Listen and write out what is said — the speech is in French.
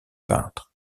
peintre